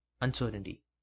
uncertainty